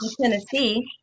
Tennessee